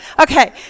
Okay